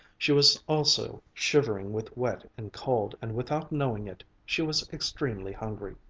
she was also shivering with wet and cold, and without knowing it, she was extremely hungry.